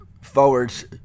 forwards